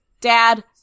Dad